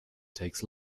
takes